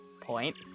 point